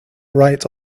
right